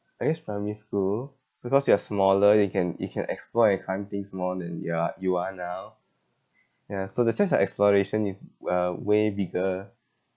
I guess primary school so cause you are smaller you can you can explore and climb things more than you are you are now ya so the sense of exploration is uh way bigger